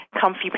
comfy